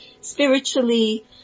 spiritually